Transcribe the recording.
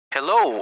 Hello